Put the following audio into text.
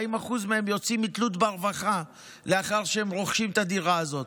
40% מהם יוצאים מתלות ברווחה לאחר שהם רוכשים את הדירה הזאת.